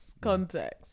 Context